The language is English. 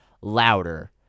louder